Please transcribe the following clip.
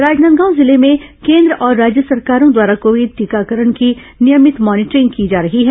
राजनांदगांव जिले में केन्द्र और राज्य सरकारों द्वारा कोविड टीकाकरण की नियमित मॉनिटरिंग की जा रही है